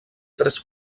tres